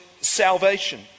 salvation